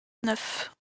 neuf